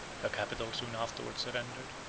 her capital soon afterwards surrendered,